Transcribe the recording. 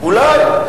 אולי.